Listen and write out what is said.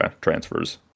transfers